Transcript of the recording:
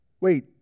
Wait